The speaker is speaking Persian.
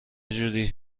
جوری